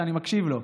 שאני מקשיב לו.